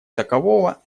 такового